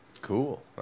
Cool